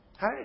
Hey